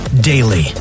daily